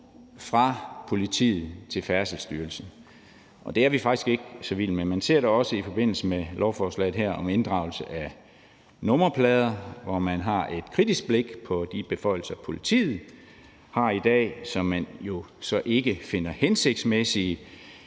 fra politiet til Færdselsstyrelsen, og det er vi faktisk ikke så vilde med. Man ser det også i forbindelse med lovforslaget her om inddragelse af nummerplader, hvor man har et kritisk blik på de beføjelser, politiet har i dag, og som man jo så ikke finder hensigtsmæssige.